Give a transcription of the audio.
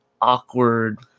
awkward